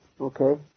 Okay